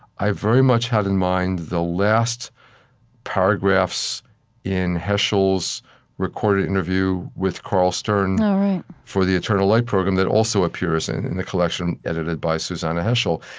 i very much had in mind the last paragraphs in heschel's recorded interview with carl stern for the eternal light program that also appears in in the collection edited by susannah heschel.